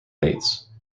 bates